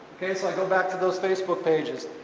okay so i'll go back to those facebook pages,